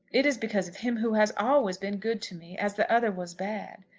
it is because of him who has always been good to me as the other was bad,